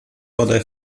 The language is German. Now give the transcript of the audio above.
wurde